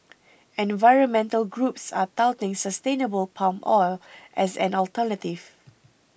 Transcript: environmental groups are touting sustainable palm oil as an alternative